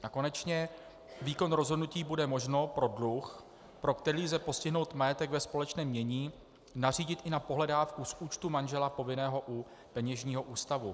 A konečně výkon rozhodnutí bude možno pro dluh, pro který lze postihnout majetek ve společném jmění, nařídit i na pohledávku z účtu manžela povinného u peněžního ústavu.